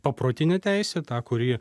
paprotinė teisė ta kuri